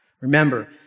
Remember